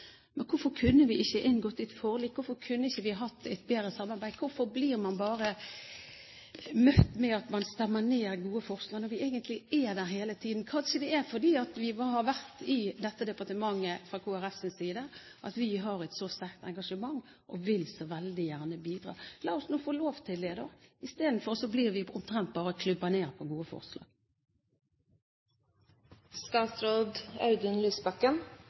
Hvorfor kan vi ikke inngå et forlik? Hvorfor kan vi ikke ha et bedre samarbeid? Hvorfor blir man bare møtt med at man stemmer ned gode forslag, når de egentlig er der hele tiden? Kanskje det er fordi Kristelig Folkeparti har hatt dette departementet, at vi har et så sterkt engasjement og så veldig gjerne vil bidra. La oss nå få lov til det, da. Isteden blir vi omtrent bare klubbet ned på gode forslag.